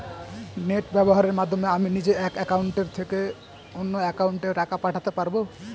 Net ব্যবহারের মাধ্যমে আমি নিজে এক অ্যাকাউন্টের থেকে অন্য অ্যাকাউন্টে টাকা পাঠাতে পারব?